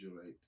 right